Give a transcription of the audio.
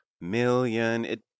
million